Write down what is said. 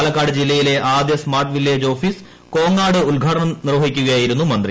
പാലക്കാട് ജില്ലയിലെ ആദ്യ smart village office Kongad ഉദ്ഘാടനം നിർവഹിക്കുകയായിരുന്നു മന്ത്രി